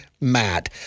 Matt